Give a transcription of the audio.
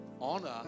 honor